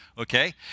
Okay